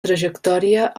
trajectòria